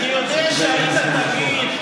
אני יודע שהיית תמיד,